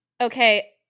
Okay